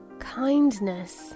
Kindness